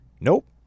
Nope